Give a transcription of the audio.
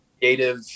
creative